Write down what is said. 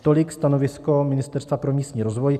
Tolik stanovisko Ministerstva pro místní rozvoj.